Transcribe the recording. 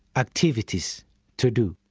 activities to do.